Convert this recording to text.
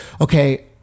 okay